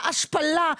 ההשפלה,